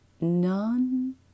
None